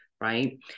right